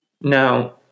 Now